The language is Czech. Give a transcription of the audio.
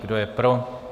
Kdo je pro?